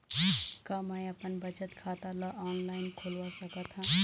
का मैं अपन बचत खाता ला ऑनलाइन खोलवा सकत ह?